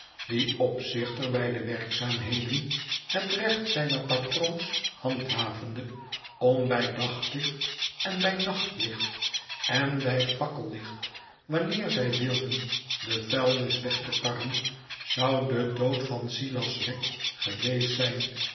die opzichter bij de werkzaamheden het recht zijner patroons handhavende om bij daglicht en bij nachtlicht en bij fakkellicht wanneer zij wilden de vuilnis weg te karren zou de dood van silas wegg geweest zijn